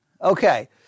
Okay